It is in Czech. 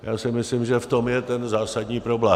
Já si myslím, že v tom je ten zásadní problém.